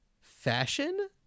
fashion